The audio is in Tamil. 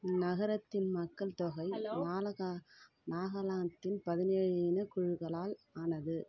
இந்நகரத்தின் மக்கள் தொகை நாலகா நாகாலாந்தின் பதினேழு இனக்குழுக்களால் ஆனது